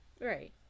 Right